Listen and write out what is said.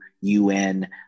UN